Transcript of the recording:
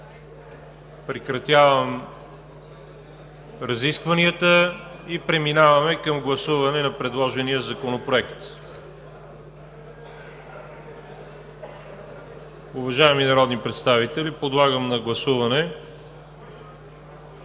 Прекратявам разискванията. Преминаваме към гласуване на предложения законопроект. Уважаеми народни представители, подлагам на гласуване